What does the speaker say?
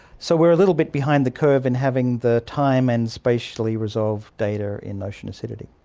so we're a little bit behind the curve in having the time and spatially resolved data in ocean acidity.